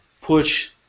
push